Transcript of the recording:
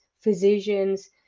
physicians